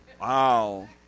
Wow